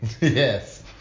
Yes